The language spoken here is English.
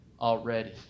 Already